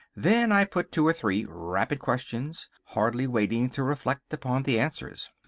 then i put two or three rapid questions, hardly waiting to reflect upon the answers.